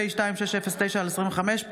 פ/2609/25,